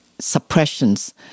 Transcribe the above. suppressions